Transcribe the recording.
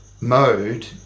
mode